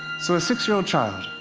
so, a six-year-old child.